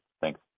thanks